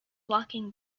walking